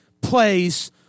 place